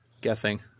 guessing